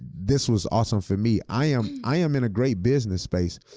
this was awesome for me. i am i am in a great business space,